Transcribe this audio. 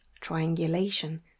triangulation